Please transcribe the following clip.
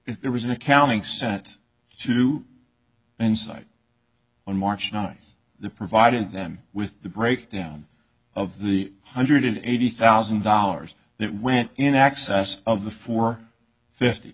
if there was an accounting sent to insight on march ninth the provided them with the breakdown of the hundred eighty thousand dollars that went in excess of the four fifty